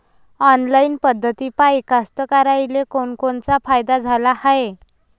Online पद्धतीपायी कास्तकाराइले कोनकोनचा फायदा झाला हाये?